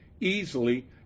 easily